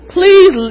Please